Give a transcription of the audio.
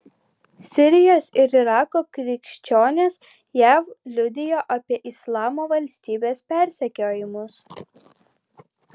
sirijos ir irako krikščionės jav liudijo apie islamo valstybės persekiojimus